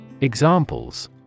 Examples